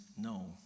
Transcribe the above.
no